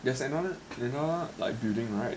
there's another there's another you know like building right